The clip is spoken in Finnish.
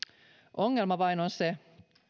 ongelma vain on se